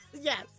Yes